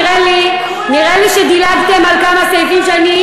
נראה לי שדילגתם על כמה סעיפים שאני,